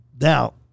Now